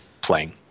playing